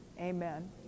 amen